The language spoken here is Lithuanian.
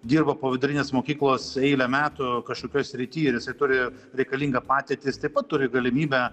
dirba po vidurinės mokyklos eilę metų kažkokioj srity ir jisai turi reikalingą patirtį jis taip pat turi galimybę